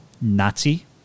Nazi